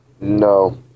No